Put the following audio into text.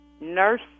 nurse